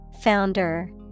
Founder